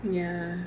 ya